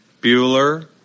Bueller